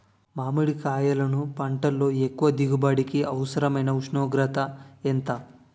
మామిడికాయలును పంటలో ఎక్కువ దిగుబడికి అవసరమైన ఉష్ణోగ్రత ఎంత?